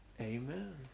Amen